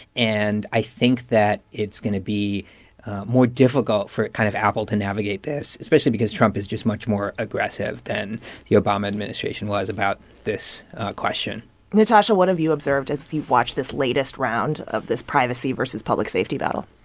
and i think that it's going to be more difficult for kind of apple to navigate this, especially because trump is just much more aggressive than the obama administration was about this question nitasha, what have you observed as you've watched this latest round of this privacy versus public safety battle?